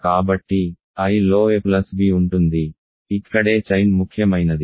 కాబట్టి Iలో a plus b ఉంటుంది ఇక్కడే చైన్ ముఖ్యమైనది